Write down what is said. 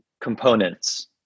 components